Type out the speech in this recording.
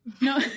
No